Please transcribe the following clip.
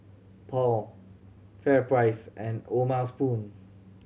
Paul FairPrice and O'ma Spoon